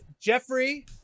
Jeffrey